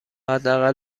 حداقل